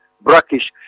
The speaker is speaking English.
Brackish